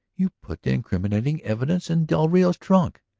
you put the incriminating evidence in del rio's trunk,